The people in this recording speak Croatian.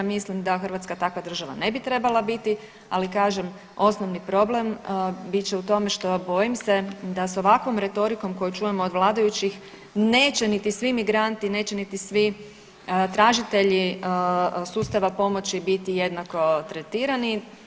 Mislim da Hrvatska takva država ne bi trebala biti, ali kažem osnovni problem bit će u tome što bojim se da sa ovakvom retorikom koju čujemo od vladajućih neće ni svi migranti, neće niti svi tražitelji sustava pomoći biti jednako tretirani.